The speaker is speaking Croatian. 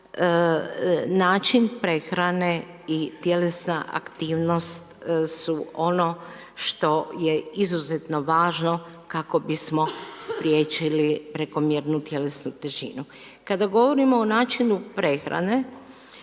način prehrane i tjelesna aktivnost su ono što je izuzetno važno kako bismo spriječili prekomjernu tjelesnu težinu. Kada govorimo o načinu prehrane,